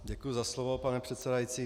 Děkuji za slovo, pane předsedající.